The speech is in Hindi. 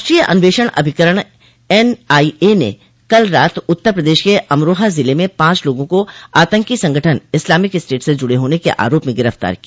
राष्ट्रीय अन्वेषण अभिकरण एनआईए ने कल रात उत्तर प्रदेश के अमरोहा जिले में पांच लोगों को आतंकी संगठन इस्लामिक स्टेट से जुड़े होने के आरोप में गिरफ्तार किया